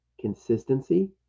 consistency